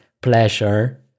pleasure